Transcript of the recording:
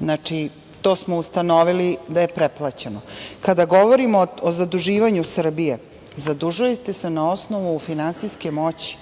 Znači, to smo ustanovili da je pretplaćeno. Kada govorimo o zaduživanju Srbije, zadužujete se na osnovu finansijske moći,